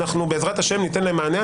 בעזרת השם ניתן להן מענה,